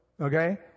okay